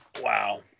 Wow